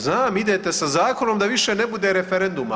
Znam idete sa zakonom da više ne bude referenduma.